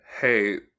hey